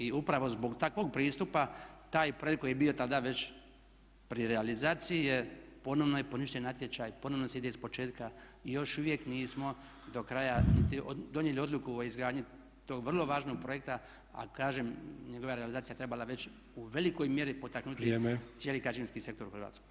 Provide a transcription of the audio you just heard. I upravo zbog takvog pristupa taj projekt koji je bio tada već pri realizaciji je, ponovno je poništen natječaj, ponovno se ide iz početka i još uvijek nismo do kraja niti donijeli odluku o izgradnji tog vrlo važnog projekta, a kažem njegova je realizacija trebala već u velikoj mjeri potaknuti [[Upadica Sanader: Vrijeme.]] cijeli građevinski sektor u Hrvatskoj.